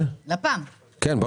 כן.